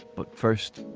but first,